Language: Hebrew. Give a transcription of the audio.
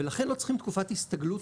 ולכן לא צריכים תקופת הסתגלות,